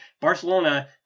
Barcelona